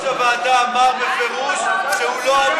יושב-ראש הוועדה אמר בפירוש שהוא לא עמוס,